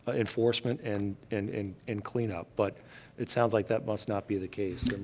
ah enforcement and and and and cleanup, but it sounds like that must not be the case.